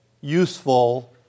useful